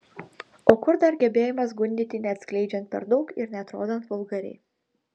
o kur dar gebėjimas gundyti neatskleidžiant per daug ir neatrodant vulgariai